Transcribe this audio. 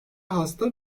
hasta